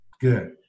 good